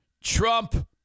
Trump